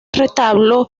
retablo